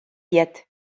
diet